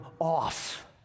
off